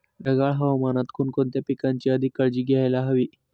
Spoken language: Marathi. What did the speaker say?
ढगाळ हवामानात कोणकोणत्या पिकांची अधिक काळजी घ्यायला हवी?